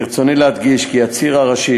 ברצוני להדגיש כי הציר הראשי,